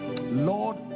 Lord